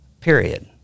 Period